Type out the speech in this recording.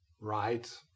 right